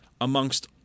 amongst